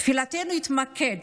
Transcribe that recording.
תפילתנו התמקדה